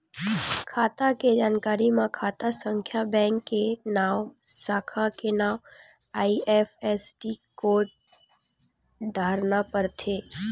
खाता के जानकारी म खाता संख्या, बेंक के नांव, साखा के नांव, आई.एफ.एस.सी कोड डारना परथे